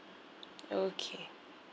okay